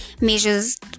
measures